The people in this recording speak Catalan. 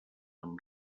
amb